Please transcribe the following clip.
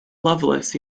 loveless